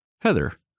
Heather